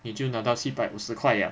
你就拿到七百五十块 liao